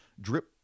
Drip